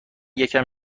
یکم